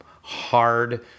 hard